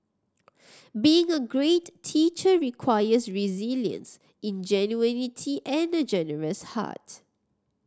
being a great teacher requires resilience ingenuity and a generous heart